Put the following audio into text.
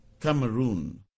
Cameroon